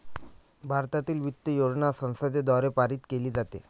भारतातील वित्त योजना संसदेद्वारे पारित केली जाते